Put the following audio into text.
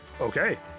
Okay